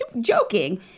joking